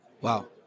Wow